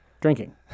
Drinking